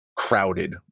Crowded